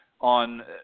on